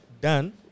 done